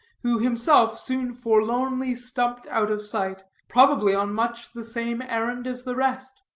who himself soon forlornly stumped out of sight, probably on much the same errand as the rest.